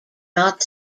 not